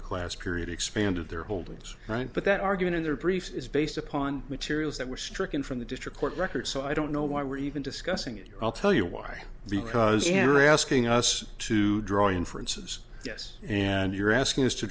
the class period expanded their holdings right but that argument in their briefs is based upon materials that were stricken from the district court record so i don't know why we're even discussing it i'll tell you why because you're asking us to draw inferences yes and you're asking us to